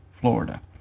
Florida